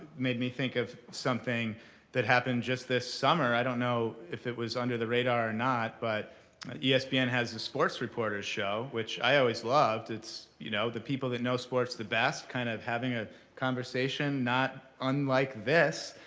made me think of something that happened just this summer. i don't know if it was under the radar or not, but yeah espn has a sports reporters show, which i always loved. it's you know the people that know sports the best kind of having a conversation not unlike this.